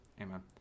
Amen